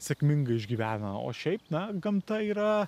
sėkmingai išgyvena o šiaip na gamta yra